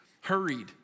hurried